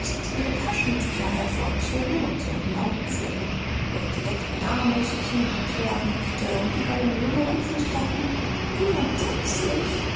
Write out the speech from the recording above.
ihre taschentücher hervorzogen und sie an die augen führten während die ältere dame sich hin und her wiegte und die beiden jüngeren flüsterten wie entsetzlich